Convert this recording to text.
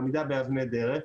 ועמידה באבני דרך,